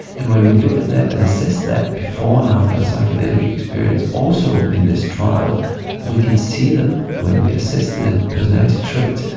and when we look at that and assess that before and after a psychedelic experience, also in this trial we can see that when we assess the personality traits,